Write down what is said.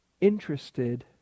interested